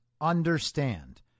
understand